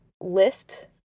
list